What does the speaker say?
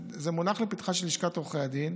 זה מונח לפתחה של לשכת עורכי הדין.